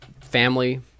family